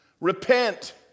repent